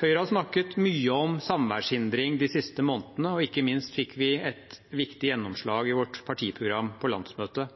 Høyre har snakket mye om samværshindring de siste månedene, og ikke minst fikk vi et viktig gjennomslag i vårt partiprogram på landsmøtet.